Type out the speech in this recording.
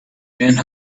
and